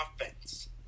offense